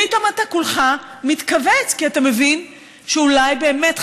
פתאום אתה כולך מתכווץ כי אתה מבין שאולי באמת,